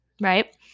right